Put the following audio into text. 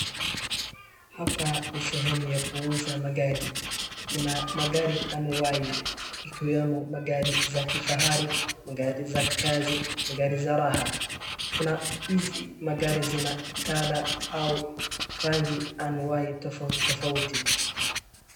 Hapa ni sehemu ya kuuza magari. Kuna magari anuwai, ikiwemo magari za kifahari, magari za kazi na magari za raha. Kuna hizi magari zina kala au rangi anuwai tofauti tofauti.